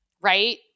right